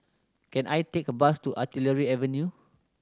can I take a bus to Artillery Avenue